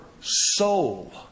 soul